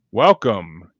Welcome